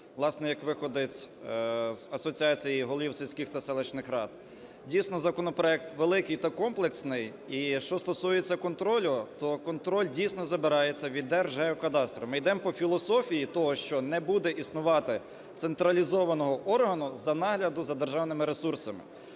власне, як виходець з Асоціації голів сільських та селищних рад. Дійсно, законопроект великий та комплексний. І що стосується контролю? То контроль, дійсно, забирається від Держгеокадастру. Ми йдемо по філософії того, що не буде існувати централізованого органу нагляду за державними ресурсами.